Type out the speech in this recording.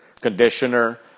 conditioner